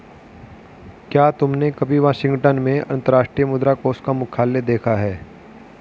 क्या तुमने कभी वाशिंगटन में अंतर्राष्ट्रीय मुद्रा कोष का मुख्यालय देखा है?